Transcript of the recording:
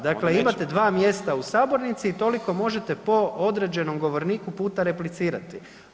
Dakle, imate 2 mjesta u sabornici i toliko možete po određenom govorniku puta replicirati.